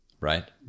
right